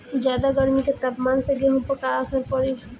ज्यादा गर्मी के तापमान से गेहूँ पर का असर पड़ी?